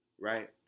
right